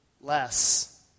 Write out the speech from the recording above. less